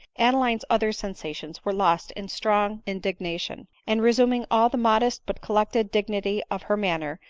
adeline's other sensations were lost in strong indignation and re suming all the modest but collected dignity of her man ner,